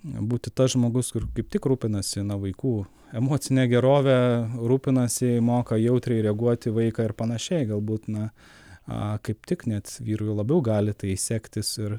būti tas žmogus kur kaip tik rūpinasi vaikų emocine gerove rūpinasi moka jautriai reaguot į vaiką ir panašiai galbūt na a kaip tik net vyrui labiau gali tai sektis ir